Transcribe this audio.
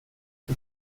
det